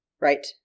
right